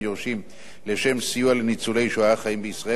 לשם סיוע לניצולי שואה החיים בישראל הזקוקים לסיוע,